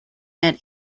and